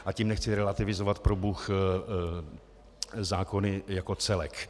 A tím nechci relativizovat, probůh, zákony jako celek.